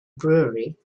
brewery